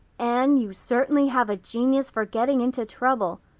anne, you certainly have a genius for getting into trouble.